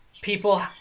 people